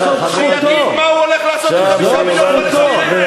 שיגיד מה הוא הולך לעשות עם 5 מיליון פלסטינים.